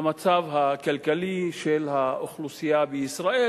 המצב הכלכלי של האוכלוסייה בישראל,